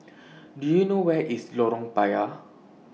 Do YOU know Where IS Lorong Payah